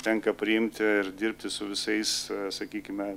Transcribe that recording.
tenka priimti ir dirbti su visais sakykime